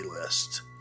list